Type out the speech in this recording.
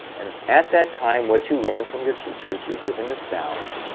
and at that time what you learn from your teacher is you're given a sound,